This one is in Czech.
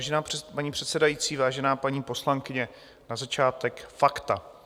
Vážená paní předsedající, vážená paní poslankyně, na začátek fakta.